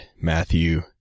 Matthew